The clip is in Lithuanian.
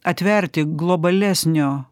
atverti globalesnio